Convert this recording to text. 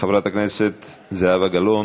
חברת הכנסת זהבה גלאון,